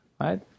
Right